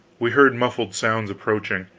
we heard muffled sounds approaching,